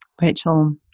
Rachel